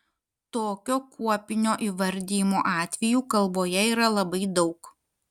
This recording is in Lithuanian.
tokio kuopinio įvardijimo atvejų kalboje yra labai daug